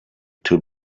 two